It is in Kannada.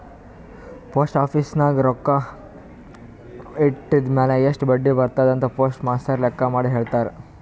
ಪೋಸ್ಟ್ ಆಫೀಸ್ ನಾಗ್ ಹೋಗಿ ರೊಕ್ಕಾ ಇಟ್ಟಿದಿರ್ಮ್ಯಾಲ್ ಎಸ್ಟ್ ಬಡ್ಡಿ ಬರ್ತುದ್ ಅಂತ್ ಪೋಸ್ಟ್ ಮಾಸ್ಟರ್ ಲೆಕ್ಕ ಮಾಡಿ ಹೆಳ್ಯಾರ್